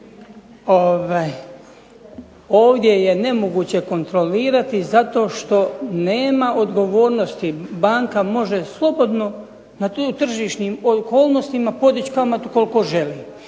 Ovdje je nemoguće kontrolirati zato što nema odgovornosti. Banka može slobodno na tržišnim okolnostima podići kamatu koliko želi